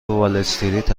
والاستریت